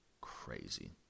crazy